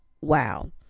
Wow